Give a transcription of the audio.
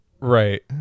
right